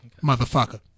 Motherfucker